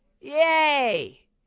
Yay